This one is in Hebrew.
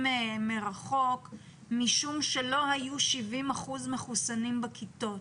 מרחוק משום שלא היו 70 אחוזים מחוסנים בכיתה.